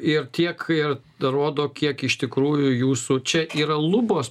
ir tiek ir dar rodo kiek iš tikrųjų jūsų čia yra lubos